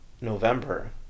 November